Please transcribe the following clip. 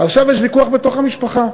עכשיו יש ויכוח בתוך המשפחה.